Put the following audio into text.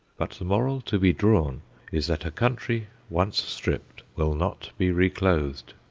but the moral to be drawn is that a country once stripped will not be reclothed.